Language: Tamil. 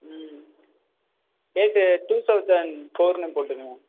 ம் டேட்டு டூ தௌசண்ட் ஃபோர்ன்னு போட்டுக்கொங்க